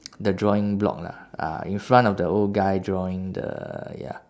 the drawing block lah uh in front of the old guy drawing the ya